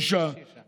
כן, שישה.